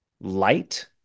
light